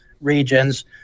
regions